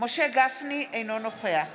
משה גפני, אינו נוכח